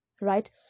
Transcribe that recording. Right